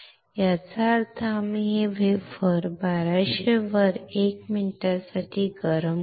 याचा अर्थ आम्ही हे वेफर 1200C वर 1 मिनिटासाठी गरम करू